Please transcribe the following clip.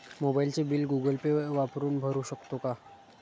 मोबाइलचे bill Google Pay वापरून भरू शकतो का?